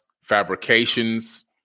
fabrications